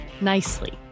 nicely